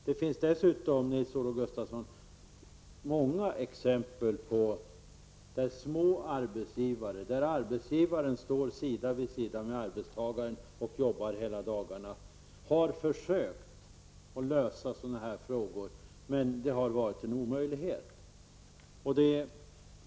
Det finns dessutom, Nils-Olof Gustafsson, många exempel på då arbetsgivaren står sida vid sida med arbetstagaren och jobbar hela dagarna och har försökt lösa sådana problem, men det har varit omöjligt.